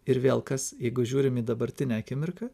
ir vėl kas jeigu žiūrim į dabartinę akimirką